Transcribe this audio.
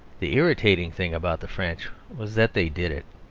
the irritating thing about the french was that they did it.